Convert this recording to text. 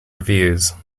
reviews